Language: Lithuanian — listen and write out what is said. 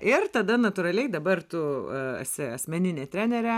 ir tada natūraliai dabar tu esi asmeninė trenerė